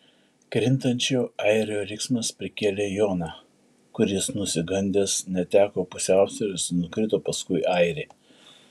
krintančio airio riksmas prikėlė joną kuris nusigandęs neteko pusiausvyros ir nukrito paskui airį